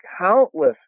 countless